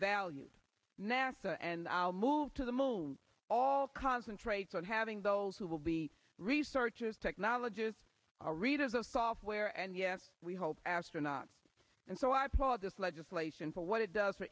valued nasa and i'll move to the moon all concentrates on having those who will be researchers technologists our readers of software and yes we hope astronaut and so i applaud this legislation for what it does for